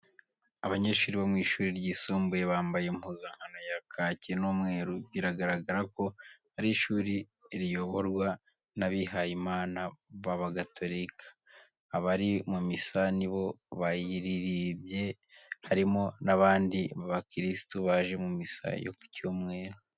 Abanyeshuri bo mu ishuri ryisumbuye, bambaye impuzankano ya kaki n'umweru, biragaragara ko ari ishuri riyoborwa n'abihaye Imana b'aba gatorika , bari mu misa nibo bayiriribye harimo n'abandi ba kirisitu baje mu misa yo ku cyumweru.